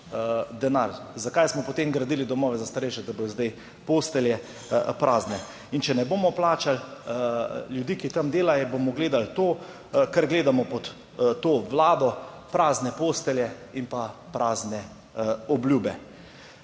denar? Zakaj smo potem gradili domove za starejše, da bodo zdaj postelje prazne? In če ne bomo plačali ljudi, ki tam delajo, bomo gledali to, kar gledamo pod to vlado: prazne postelje in pa prazne obljube.